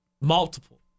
multiple